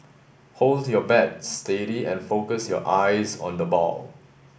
hold your bat steady and focus your eyes on the ball